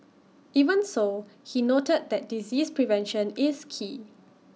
even so he noted that disease prevention is key